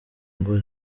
ngo